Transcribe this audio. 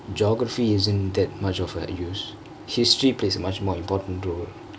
geography isn't that much of a use history plays much more important role